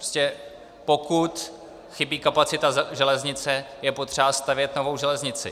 Prostě pokud chybí kapacita železnice, je potřeba stavět novou železnici.